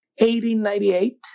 1898